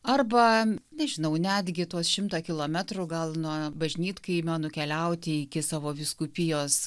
arba nežinau netgi tuos šimtą kilometrų gal nuo bažnytkaimio nukeliauti iki savo vyskupijos